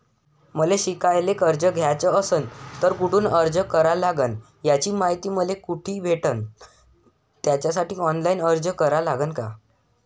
मले शिकायले कर्ज घ्याच असन तर कुठ अर्ज करा लागन त्याची मायती मले कुठी भेटन त्यासाठी ऑनलाईन अर्ज करा लागन का?